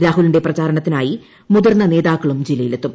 രാ്ഹുലിന്റെ പ്രചരണത്തിനായി മുതിർന്ന നേതാക്കളും ജില്ലയിലെത്തും